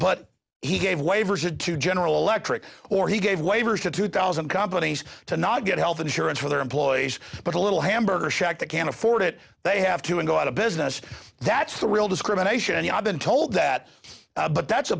but he gave waivers it to general electric or he gave waivers to two thousand companies to not get health insurance for their employees but a little hamburger shack that can't afford it they have to go out of business that's the real discrimination and i've been told that but that's a